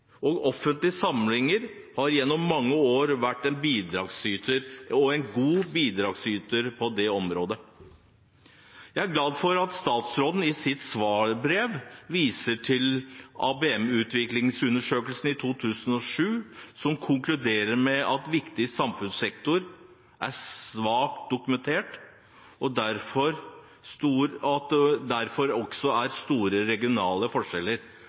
og offentlige samlinger har gjennom mange år vært en god bidragsyter på det området. Jeg er glad for at statsråden i sitt svarbrev viser til ABM-utviklingsundersøkelsen fra 2007, som konkluderer med at viktige samfunnssektorer er svakt dokumentert, og at det derfor også er store regionale forskjeller.